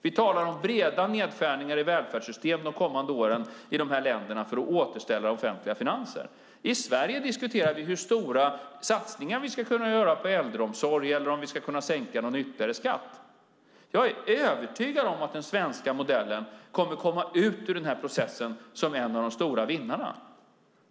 Vi talar om breda nedskärningar i välfärdssystemen i dessa länder de kommande åren, för att återställa offentliga finanser. I Sverige diskuterar vi hur stora satsningar vi ska kunna göra på äldreomsorg eller om vi ska kunna sänka någon ytterligare skatt. Jag är övertygad om att den svenska modellen kommer att komma ut ur denna process som en av de stora vinnarna.